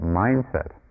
mindset